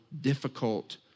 difficult